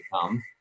come